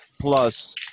plus